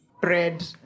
Bread